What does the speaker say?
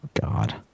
God